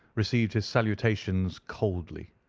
received his salutations coldly,